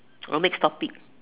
or next topic